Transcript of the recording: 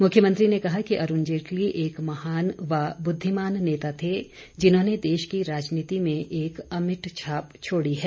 मुख्यमंत्री ने कहा कि अरूण जेटली एक महान व बुद्धिमान नेता थे जिन्होंने देश की राजनीति में एक अमिट छाप छोड़ी है